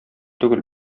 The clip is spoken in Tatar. түгел